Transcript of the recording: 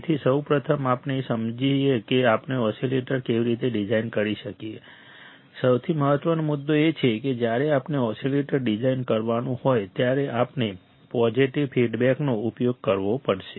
તેથી સૌપ્રથમ આપણે એ સમજીએ કે આપણે ઓસિલેટર કેવી રીતે ડિઝાઇન કરી શકીએ છીએ સૌથી મહત્વનો મુદ્દો એ છે કે જ્યારે આપણે ઓસિલેટર ડિઝાઇન કરવાનું હોય ત્યારે આપણે પોઝિટિવ ફીડબેકનો ઉપયોગ કરવો પડે છે